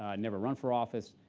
ah never run for office,